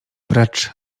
precz